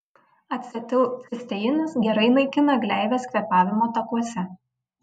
acetilcisteinas gerai naikina gleives kvėpavimo takuose